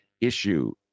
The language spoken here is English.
issue